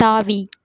தாவி